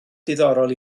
diddorol